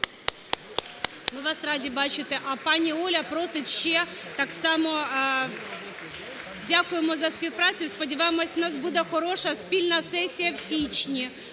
Ми вас раді бачити. (Оплески) А пані Оля просить ще так само… Дякуємо за співпрацю і сподіваємося, у нас буде хороша спільна сесія у січні,